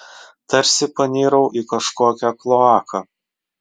tarsi panirau į kažkokią kloaką